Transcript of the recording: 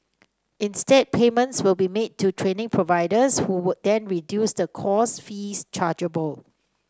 instead payments will be made to training providers who then reduce the course fees chargeable